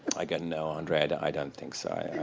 i go, no, andre, and i don't think so.